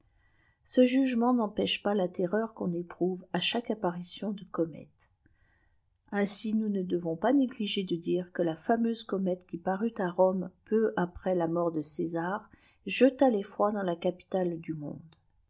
ce jugement n'empêche pas la terreur qu'on éprouve à chaque apparition de comète ainsi nous ne devons pas négliger de dire que la fameuse comète qui parut à rome peu après la mort de césar jeta l'effroi dansla capitale du monde